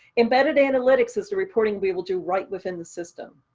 embedded analytics is the reporting we will do right within the system.